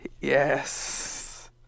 Yes